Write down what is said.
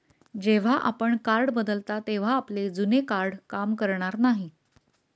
जेव्हा आपण कार्ड बदलता तेव्हा आपले जुने कार्ड काम करणार नाही